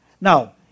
Now